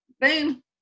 boom